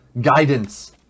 guidance